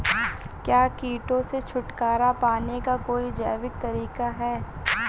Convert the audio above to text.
क्या कीटों से छुटकारा पाने का कोई जैविक तरीका है?